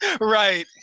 Right